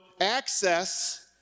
access